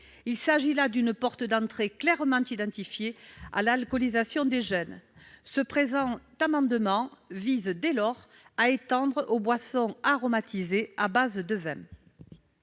Il s'agit là d'une porte d'entrée clairement identifiée vers l'alcoolisation des jeunes. Le présent amendement vise dès lors à étendre aux boissons aromatisées à base de vin